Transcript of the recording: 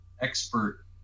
expert